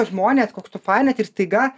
žmonės koks tu fainas ir staiga